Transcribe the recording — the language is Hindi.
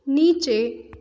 नीचे